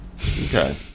okay